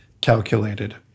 calculated